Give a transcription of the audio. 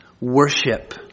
worship